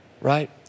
right